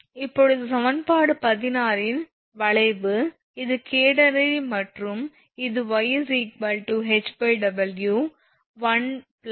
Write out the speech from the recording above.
இப்போது சமன்பாடு 16 இன் வளைவு இது கேடனரி மற்றும் இது y HW 1 12